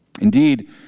Indeed